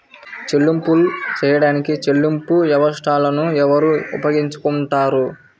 చెల్లింపులు చేయడానికి చెల్లింపు వ్యవస్థలను ఎవరు ఉపయోగించుకొంటారు?